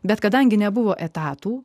bet kadangi nebuvo etatų